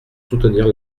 soutenir